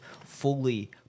fully